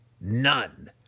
None